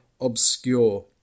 obscure